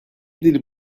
dilim